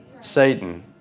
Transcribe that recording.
Satan